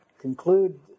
conclude